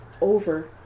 over